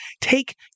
take